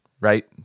right